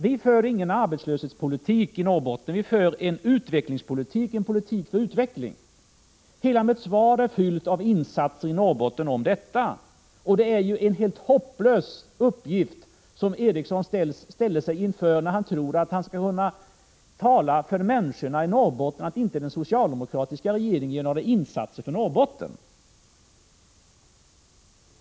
Vi för ingen arbetslöshetspolitik i Norrbotten, vi för en politik för utveckling. Mitt svar är fyllt med sådana insatser för Norrbotten. Det är en hopplös uppgift som herr Eriksson ställer sig inför när han tror att han skall kunna tala om för människorna i Norrbotten att den socialdemokratiska regeringen inte gör några insatser för Norrbotten.